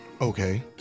okay